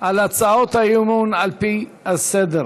על הצעות האי-אמון על פי הסדר.